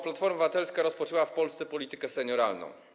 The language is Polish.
Platforma Obywatelska rozpoczęła w Polsce politykę senioralną.